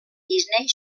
disney